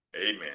Amen